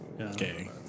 Okay